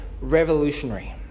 revolutionary